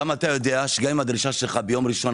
גם אתה יודע שגם אם דרישתך ביום ראשון